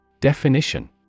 Definition